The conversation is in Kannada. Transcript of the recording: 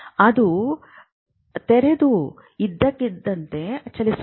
ಅದು ತೆರೆದು ಇದ್ದಕ್ಕಿದ್ದಂತೆ ಚಲಿಸುತ್ತದೆ